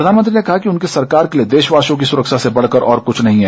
प्रधानमंत्री ने कहा कि उनकी सरकार के लिए देशवासियों की सुरक्षा से बढ़कर और कुछ नहीं है